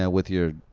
ah with your